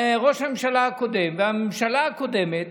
ראש הממשלה הקודם והממשלה הקודמת